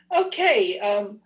okay